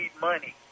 money